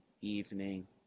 evening